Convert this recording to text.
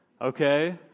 Okay